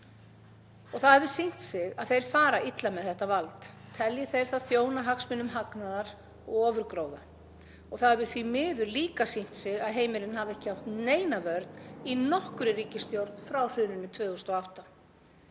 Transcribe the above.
Það hefur sýnt sig að þeir fara illa með þetta vald telji þeir það þjóna hagsmunum hagnaðar og ofurgróða. Það hefur því miður líka sýnt sig að heimilin hafa ekki átt neina vörn í nokkurri ríkisstjórn frá hruninu 2008.